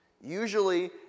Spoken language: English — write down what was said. Usually